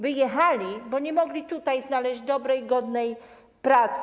Wyjechali, bo nie mogli tutaj znaleźć dobrej, godnej pracy.